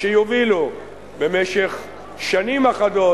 שיובילו במשך שנים אחדות,